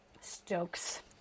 Stokes